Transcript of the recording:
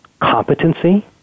Competency